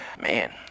man